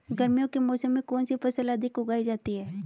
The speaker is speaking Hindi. गर्मियों के मौसम में कौन सी फसल अधिक उगाई जाती है?